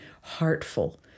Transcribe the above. heartful